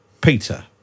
Peter